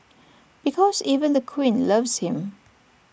because even the queen loves him